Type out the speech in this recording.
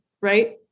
right